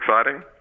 exciting